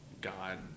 God